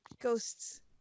Ghosts